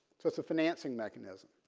so it's a financing mechanism